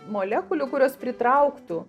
molekulių kurios pritrauktų